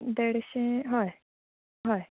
देडशें हय हय